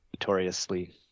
notoriously